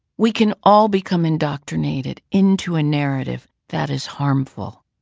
we can all become indoctrinated into a narrative that is harmful,